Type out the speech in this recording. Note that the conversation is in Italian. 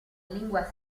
lingua